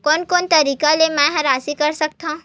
कोन कोन तरीका ले मै ह राशि कर सकथव?